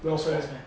sports meh